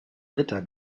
ritter